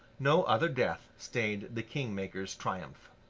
no other death stained the king-maker's triumph.